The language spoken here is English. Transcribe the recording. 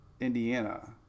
Indiana